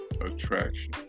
attraction